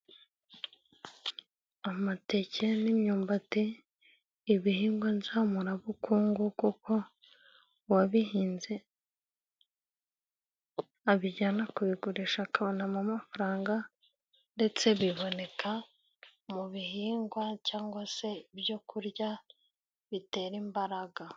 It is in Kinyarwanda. Amateke n'imyumbati ibihingwa nzamurabukungu kuko uwabihinze abijyana kubigurisha akabonamo amafaranga, ndetse biboneka mu bihingwa cyangwa se ibyo kurya bitera imbaraga.